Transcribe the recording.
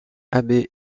abbé